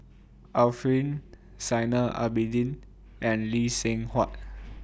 Arifin Zainal Abidin and Lee Seng Huat